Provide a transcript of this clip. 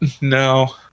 no